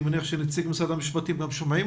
אני מניח שנציגי משרד המשפטים גם שומעים